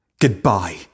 Goodbye